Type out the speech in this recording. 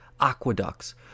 aqueducts